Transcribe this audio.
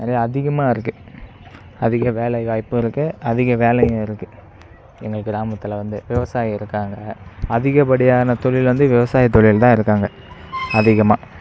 நிறையா அதிகமாக இருக்குது அதிக வேலைவாய்ப்பும் இருக்குது அதிக வேலையும் இருக்குது எங்கள் கிராமத்தில் வந்து விவசாயி இருக்காங்க அதிகப்படியான தொழில் வந்து விவசாய தொழில்தான் இருக்காங்க அதிகமாக